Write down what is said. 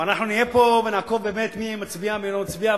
אנחנו נהיה פה ונעקוב מי מהם מצביע ולא מצביע,